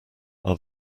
are